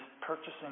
purchasing